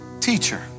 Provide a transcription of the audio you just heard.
teacher